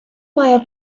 має